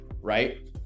Right